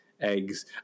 eggs